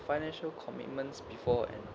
financial commitments before and